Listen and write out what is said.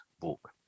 book